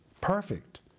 Perfect